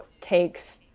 takes